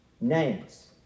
names